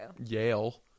Yale